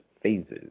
phases